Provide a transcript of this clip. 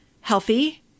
healthy